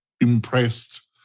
impressed